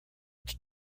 its